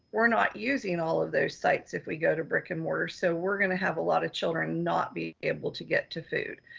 we're not using all of those sites if we go to brick and mortar. so we're gonna have a lot of children not being able to get to food.